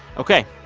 ok.